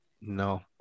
No